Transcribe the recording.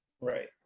Right